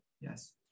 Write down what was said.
yes